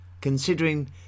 considering